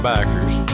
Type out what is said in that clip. Backers